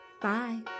Bye